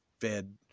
fed